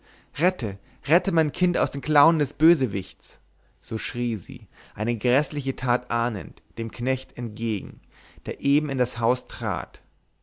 rette rette mein kind aus den klauen des bösewichts so schrie sie eine gräßliche tat ahnend dem knecht entgegen der eben in das haus trat